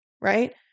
right